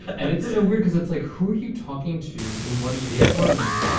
and it's so weird cause it's like, who are you talking to and what are you. yeah. warming.